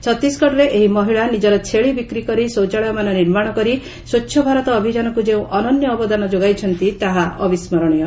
ଛତିଶଗଡ଼ରେ ଏହି ମହିଳା ନିଜର ଛେଳି ବିକ୍ରିକରି ଶୌଚାଳୟମାନ ନିର୍ମାଣ କରି ସ୍ୱଚ୍ଚଭାରତ ଅଭିଯାନକୁ ଯେଉଁ ଅନନ୍ୟ ଅବଦାନ ଯୋଗାଇଛନ୍ତି ତାହା ଅବିସ୍କରଣୀୟ